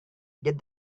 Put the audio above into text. get